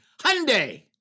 Hyundai